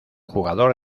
jugador